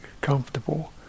comfortable